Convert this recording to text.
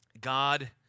God